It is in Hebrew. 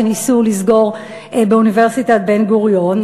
שניסו לסגור באוניברסיטת בן-גוריון.